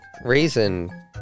Reason